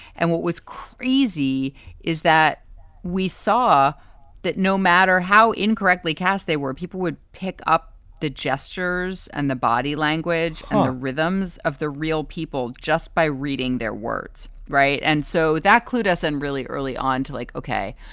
and what was crazy is that we saw that no matter how incorrectly cast they were, people would pick up the gestures and the body language rhythms of the real people just by reading their words. right. and so that clued us in and really early on to like, ok,